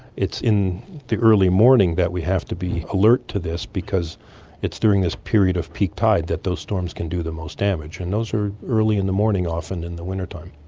it's in the early morning that we have to be alert to this, because it's during this period of peak tide that those storms can do the most damage. and those are early in the morning often in the winter time.